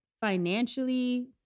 financially